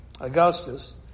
Augustus